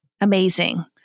amazing